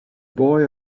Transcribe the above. boy